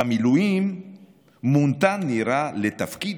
במילואים מונתה נירה לתפקיד